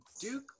Duke